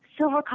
silver